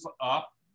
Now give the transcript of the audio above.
up